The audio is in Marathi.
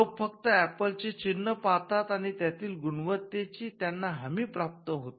लोक फक्त ऍपल चे चिन्ह पाहतात आणि त्यातील गुणवत्तेची त्यांना हमी प्राप्त होते